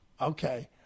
Okay